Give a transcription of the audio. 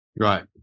Right